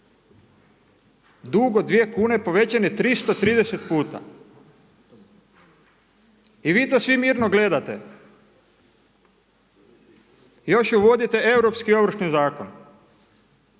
Dug od 2 kune povećan je 330 puta. I vi to svi mirno gledate još uvodite Europski ovršni zakon.